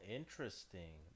interesting